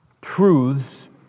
truths